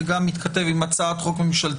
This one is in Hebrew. זה גם מתכתב עם הצעת חוק ממשלתית